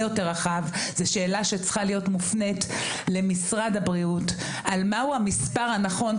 השאלה שצריכה להיות מופנית למשרד הבריאות היא מהו מספר הנכון.